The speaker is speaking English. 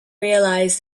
realize